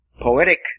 Poetic